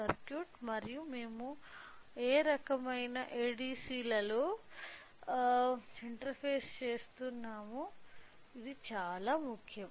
circuit మరియు మేము ఏ రకమైన ADC లలో ఇంటర్ఫేస్ చేస్తున్నామో ఇది చాలా ముఖ్యం